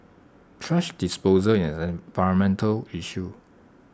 thrash disposal is an environmental issue